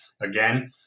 Again